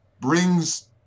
brings